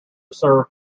served